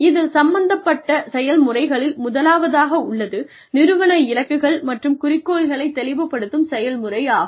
இதில் சம்பந்தப்பட்ட செயல்முறைகளில் முதலாவதாக உள்ளது நிறுவன இலக்குகள் மற்றும் குறிக்கோள்களை தெளிவுப்படுத்தும் செயல்முறை ஆகும்